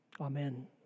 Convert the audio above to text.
Amen